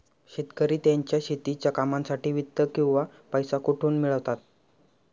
शेतकरी त्यांच्या शेतीच्या कामांसाठी वित्त किंवा पैसा कुठून मिळवतात?